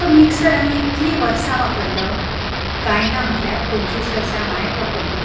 तो मिक्सर आमी इतलीं वर्सां वापरलो कांय ना म्हटल्यार पंचवीस वर्सां मायज वापरलो